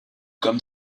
comme